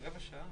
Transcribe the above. רבע שעה